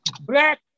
Black